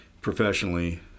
professionally